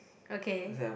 okay